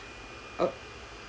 oh